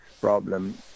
problem